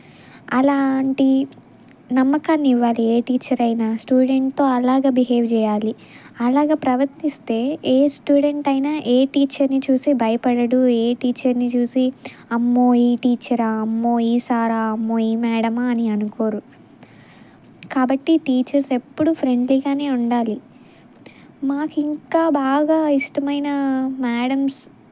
అలాంటి నమ్మకాన్ని ఇవ్వాలి ఏ టీచర్ అయినా స్టూడెంట్తో అలాగా బిహేవ్ చెయ్యాలి అలాగ ప్రవర్తిస్తే ఏ స్టూడెంట్ అయినా ఏ టీచర్ని చూసి భయపడడు ఏ టీచర్ని చూసి అమ్మో ఈ టీచరా అమ్మో ఈ సారా అమ్మో ఈ మ్యడమా అని అనుకోరు కాబట్టి టీచర్స్ ఎప్పుడూ ఫ్రెండ్లీగానే ఉండాలి మాకు ఇంకా బాగా ఇష్టమైన మ్యడమ్స్